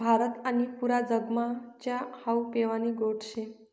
भारत आणि पुरा जगमा च्या हावू पेवानी गोट शे